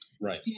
Right